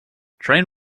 train